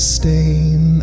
stain